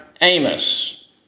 Amos